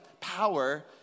Power